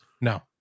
No